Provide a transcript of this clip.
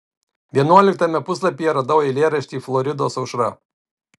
vienuoliktame puslapyje radau eilėraštį floridos aušra